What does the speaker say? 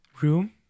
Room